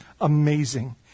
amazing